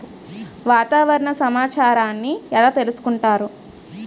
వాతావరణ సమాచారాన్ని ఎలా తెలుసుకుంటారు?